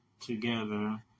together